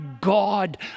God